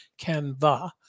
Canva